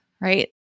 right